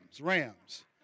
Rams